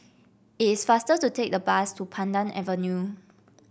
it is faster to take the bus to Pandan Avenue